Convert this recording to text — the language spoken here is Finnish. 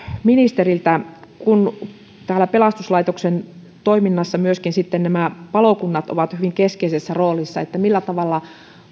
ministeriltä kun täällä pelastuslaitoksen toiminnassa myöskin nämä palokunnat ovat hyvin keskeisessä roolissa millä tavalla